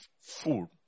food